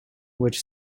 which